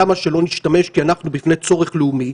למה שלא נשתמש כי אנחנו בפני צורך לאומי?